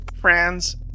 friends